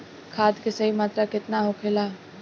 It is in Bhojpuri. खाद्य के सही मात्रा केतना होखेला?